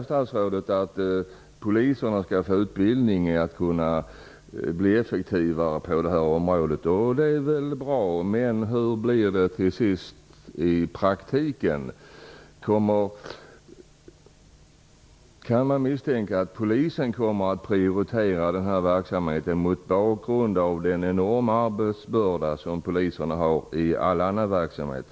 Statsrådet säger att poliserna skall få utbildning för att kunna bli effektivare på det här området. Det är väl bra, men hur blir det till sist i praktiken? Kan man misstänka att polisen kommer att prioritera den här verksamheten, mot bakgrund av den enorma arbetsbörda som poliserna har i all annan verksamhet?